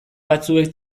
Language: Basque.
batzuek